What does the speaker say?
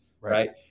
right